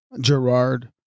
Gerard